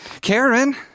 Karen